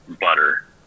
butter